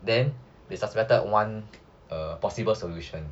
then they suspected one err possible solution